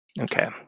Okay